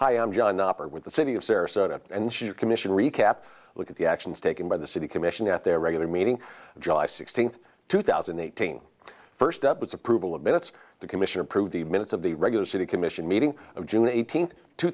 hi i'm john operate with the city of sarasota and should commission recap look at the actions taken by the city commission at their regular meeting july sixteenth two thousand and eighteen first up its approval of minutes the commission approved the minutes of the regular city commission meeting of june eighteenth two